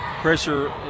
Pressure